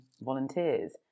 volunteers